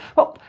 well,